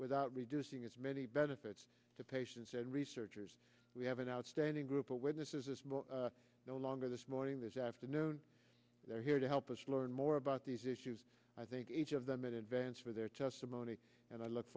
without reducing its many benefits to patients and researchers we have an outstanding group of witnesses is no longer this morning this afternoon they're here to help us learn more about these issues i think each of them in advance for their testimony and i look